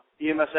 EMS